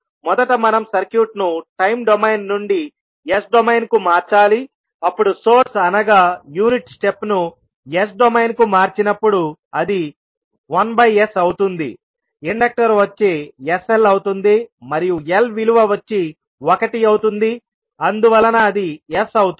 మొదట మనం సర్క్యూట్ను టైమ్ డొమైన్ నుండి S డొమైన్ కు మార్చాలిఅప్పుడు సోర్స్ అనగా యూనిట్ స్టెప్ ను S డొమైన్ కు మార్చినప్పుడు అది 1s అవుతుంది ఇండక్టర్ వచ్చి sL అవుతుంది మరియు L విలువ వచ్చి ఒకటి అవుతుంది అందువలన అది sఅవుతుంది